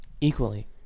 equally